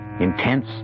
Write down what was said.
Intense